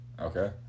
Okay